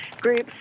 groups